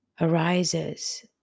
arises